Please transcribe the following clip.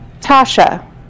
Tasha